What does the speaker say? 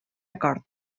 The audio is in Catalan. acord